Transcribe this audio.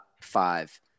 five